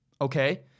Okay